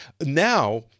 Now